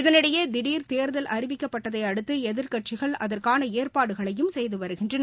இதனிடையே தியர் தேர்தல் அறிவிக்கப்பட்டதை அடுத்து எதிர்க்கட்சிகள் அதற்கான ஏற்பாடுகளையும் செய்து வருகின்றன